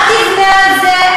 אל תבנה על זה.